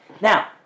Now